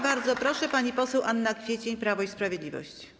Bardzo proszę, pani poseł Anna Kwiecień, Prawo i Sprawiedliwość.